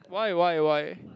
why why why